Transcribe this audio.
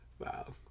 Wow